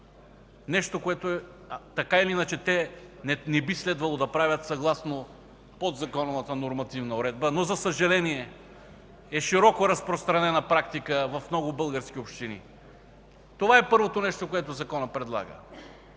нещо, което те така или иначе не би следвало да правят съгласно подзаконовата нормативна уредба. Но, за съжаление, е широко разпространена практиката в много български общини. Това е първото нещо, което законът предлага.